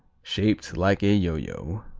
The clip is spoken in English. shaped like a yo-yo.